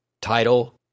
title